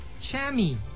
Chami